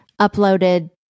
uploaded